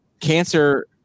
cancer